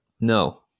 No